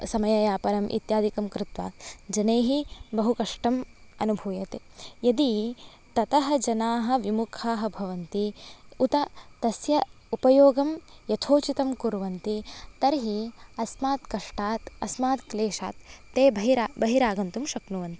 समययापनम् इत्यादिकं कृत्वा जनैः बहु कष्टम् अनुभूयते यदि ततः जनाः विमुखाः भवन्ति उत तस्य उपयोगं यथोचितं कुर्वन्ति तर्हि अस्मात् कष्टात् अस्मात् क्लेशात् ते बहिरा बहिरागन्तुं शक्नुवन्ति